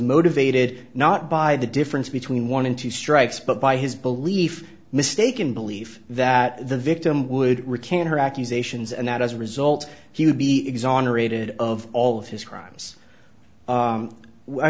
motivated not by the difference between one and two strikes but by his belief mistaken belief that the victim would recant her accusations and that as a result he would be exonerated of all of his crimes